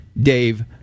Dave